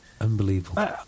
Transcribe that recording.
unbelievable